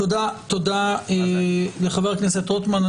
תודה לחבר הכנסת רוטמן.